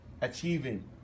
achieving